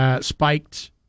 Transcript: spiked